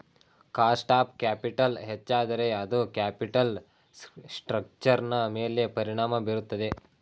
cost of capital ಹೆಚ್ಚಾದರೆ ಅದು capital ಸ್ಟ್ರಕ್ಚರ್ನ ಮೇಲೆ ಪರಿಣಾಮ ಬೀರುತ್ತದೆ